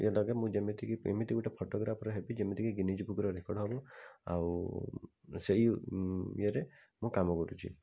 ମୁଁ ଯେମିତିକି ଏମିତି ଗୋଟେ ଫୋଟୋଗ୍ରାଫର୍ ହେବି ଯେମିତିକି ଗିନିଜ୍ ବୁକ୍ ର ରେକର୍ଡ଼୍ ହେବ ଆଉ ସେଇ ଇଏ ରେ ମୁଁ କାମ କରୁଛି